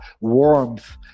warmth